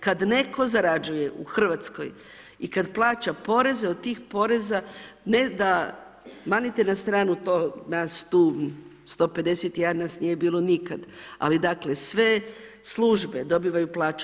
Kada netko zarađuje u Hrvatskoj i kada plaća poreze, od tih poreza ne da, manite na stranu to, nas tu 151 nas nije bilo nikad, ali dakle sve službe dobivaju plaću.